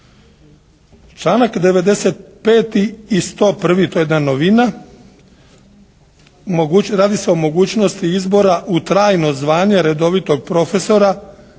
Članak 95. i 101., to je jedna novina. Radi se o mogućnosti izbora u trajno zvanje redovitog profesora